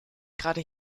gerade